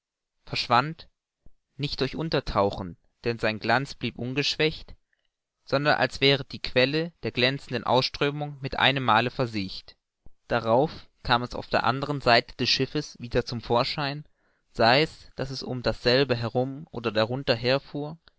verschwand nicht durch untertauchen denn sein glanz blieb ungeschwächt sondern als wäre die quelle der glänzenden ausströmung mit einem male versiecht darauf kam es auf der andern seite des schiffes wieder zum vorschein sei's daß es um dasselbe herum oder darunter